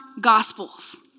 Gospels